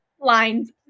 lines